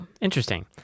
Interesting